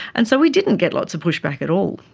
and so we didn't get lots of pushback at all.